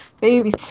Baby